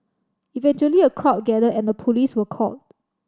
eventually a crowd gathered and the police were called